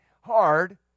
hard